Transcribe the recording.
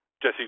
Jesse